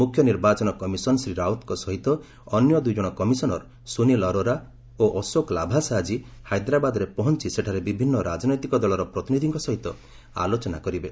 ମୁଖ୍ୟ ନିର୍ବାଚନ କମିଶନ ଶ୍ରୀ ରାଓ୍ୱତ୍ଙ୍କ ସହିତ ଅନ୍ୟ ଦୁଇଜଣ କମିଶନର ସୁନୀଲ ଆରୋରା ଓ ଅଶୋକ ଲାଭାଂଶ ଆଜି ହାଇଦ୍ରାବାଦରେ ପହଞ୍ଚ ସେଠାରେ ବିଭିନ୍ନ ରାଜନୈତିକ ଦଳର ପ୍ରତିନିଧିଙ୍କ ସହିତ ଆଲୋଚନା କରିବେ